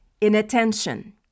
inattention